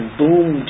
boom